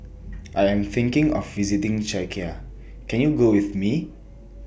I Am thinking of visiting Czechia Can YOU Go with Me